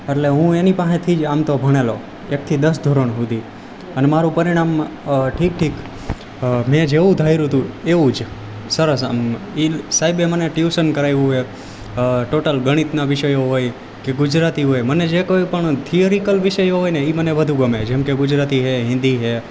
એટલે હું એની પાસેથી જ આમ તો ભણેલો એકથી દસ ધોરણ સુધી અને મારું પરિણામ ઠીક ઠીક મેં જેવું ધાર્યું હતું એવું જ સરસ આમ ઈ સાહેબે મને ટ્યુશન કરાવ્યું એક ટોટલ ગણિતના વિષયો હોય કે ગુજરાતી હોય મને જે કોઈ પણ થિયરીકલ વિષયો હોય ને ઈ મને વધુ ગમે જેમકે ગુજરાતી છે હિન્દી છે